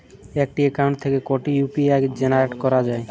একটি অ্যাকাউন্ট থেকে কটি ইউ.পি.আই জেনারেট করা যায়?